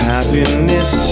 Happiness